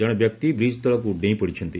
କଣେ ବ୍ୟକ୍ତି ବ୍ରିକ୍ ତଳକୁ ଡେଇଁ ପଡ଼ିଛନ୍ତି